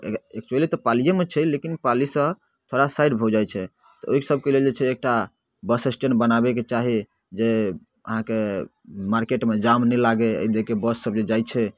ए actually तऽ पालियेमे छै लेकिन पालीसँ थोड़ा साइड भऽ जाइ छै तऽ ओइ सभके लेल जे छै एकटा बस स्टैण्ड बनाबैके चाही जे अहाँके मार्केटमे जाम नहि लागै अइ लअ कऽ बस सभ जे जाइ छै